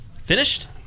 finished